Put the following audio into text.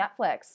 Netflix